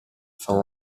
for